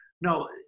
No